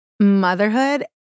Motherhood